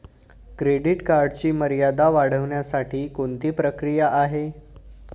Credit कार्डची मर्यादा वाढवण्यासाठी कोणती प्रक्रिया आहे?